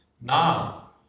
Now